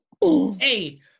Hey